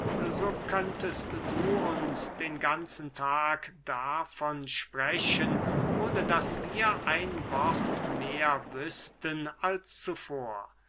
könntest du uns den ganzen tag davon sprechen ohne daß wir ein wort mehr wüßten als zuvor